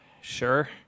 sure